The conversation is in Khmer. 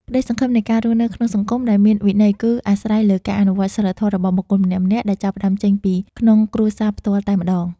ក្តីសង្ឃឹមនៃការរស់នៅក្នុងសង្គមដែលមានវិន័យគឺអាស្រ័យលើការអនុវត្តសីលធម៌របស់បុគ្គលម្នាក់ៗដែលចាប់ផ្តើមចេញពីក្នុងគ្រួសារផ្ទាល់តែម្តង។